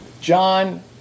John